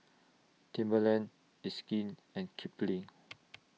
Timberland It's Skin and Kipling